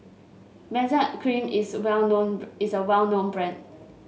Benzac Cream is well known is a well known brand